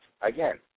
again